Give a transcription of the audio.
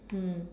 mm